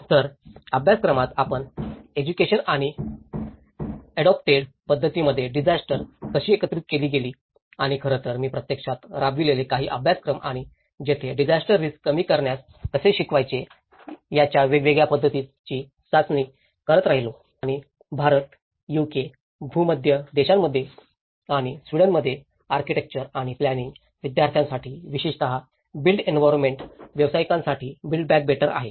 तर अभ्यासक्रमात आपणास एज्युकेशन आणि ऍडोप्टेड पद्धतींमध्ये डिजास्टर कशी एकत्रित केली गेली आणि खरं तर मी प्रत्यक्षात राबवलेले काही अभ्यासक्रम आणि जेथे डिजास्टर रिस्क कमी करण्यास कसे शिकवायचे याच्या वेगवेगळ्या पद्धतींची चाचणी करत राहिलो आणि भारत यूके भूमध्य देशांमध्ये आणि स्वीडनमधील आर्किटेक्चर आणि प्लॅनिंग विद्यार्थ्यांसाठी विशेषत बिल्ट एन्विरोमेंटल व्यावसायिकांसाठी बिल्ड बॅक बेटर आहे